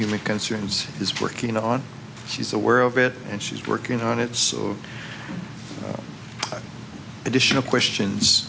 human consumes is working on she's aware of it and she's working on it so additional questions